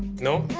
no?